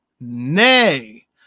Nay